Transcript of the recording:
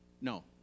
No